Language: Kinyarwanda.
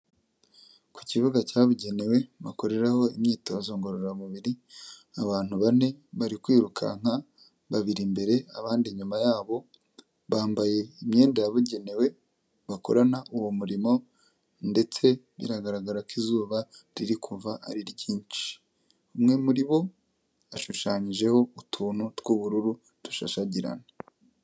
Ku kibuga cyabugenewe, bakoreraho imyitozo ngororamubiri, abantu bane bari kwirukanka, babiri imbere abandi nyuma yabo, bambaye imyenda yabugenewe bakorana uwo murimo, ndetse biragaragara ko izuba riri kuva ari ryinshi. Umwe muri bo ashushanyijeho utuntu tw'ubururu, dushashagirana.